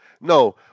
No